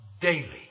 daily